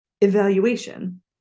evaluation